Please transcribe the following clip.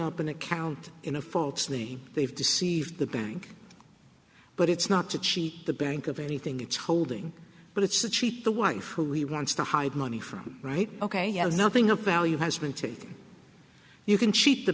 up an account in a folks the they've deceived the bank but it's not to cheat the bank of anything it's holding but it's the cheat the wife who he wants to hide money from right ok nothing of value has been taken you can cheat the